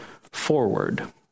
forward